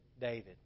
David